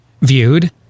viewed